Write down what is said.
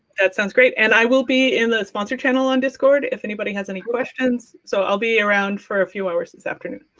that sounds great. and i will be in the sponsored channel on discord if anybody has any questions. so i will be around for a few hours this afternoon.